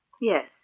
Yes